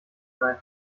sein